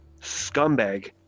scumbag